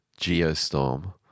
Geostorm